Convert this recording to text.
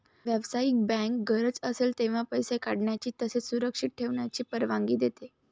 व्यावसायिक बँक गरज असेल तेव्हा पैसे काढण्याची तसेच सुरक्षित ठेवण्याची परवानगी देते